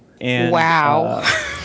Wow